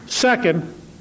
Second